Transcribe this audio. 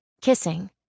kissing